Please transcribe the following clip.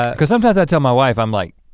cause sometimes i tell my wife, i'm like,